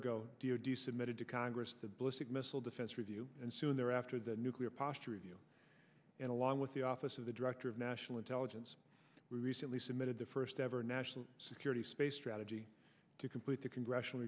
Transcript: do submitted to congress the bliss of missile defense review and soon thereafter the nuclear posture review and along with the office of the director of national intelligence recently submitted the first ever national security space strategy to complete the congressional